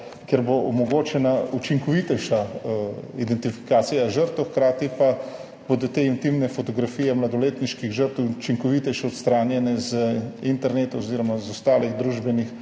kjer bo omogočena učinkovitejša identifikacija žrtev, hkrati pa bodo intimne fotografije mladoletnih žrtev učinkovitejše odstranjene z interneta oziroma z ostalih družbenih